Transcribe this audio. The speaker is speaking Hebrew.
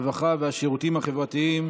הרווחה והשירותים החברתיים